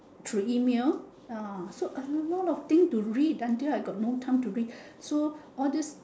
through email ah so a lot of thing to read until I got no time to read so all these